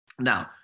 Now